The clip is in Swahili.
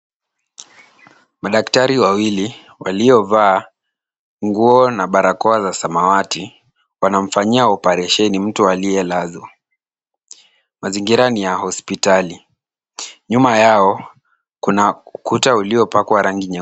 Madaktari wawili waliovaa nguo, na barakoa za samawati, wanamfanyia oparesheni mtu aliye lazwa. Mazingira ni ya hospitali. Nyuma yao kuna ukuta uliopakwa rangi.